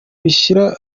bishira